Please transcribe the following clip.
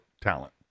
talent